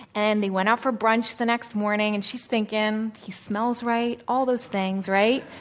and they went out for brunch the next morning. and she's thinking, he smells right, all those things, right?